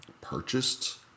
purchased